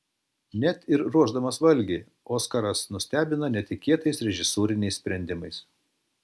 net ir ruošdamas valgį oskaras nustebina netikėtais režisūriniais sprendimais